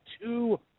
two